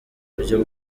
buryo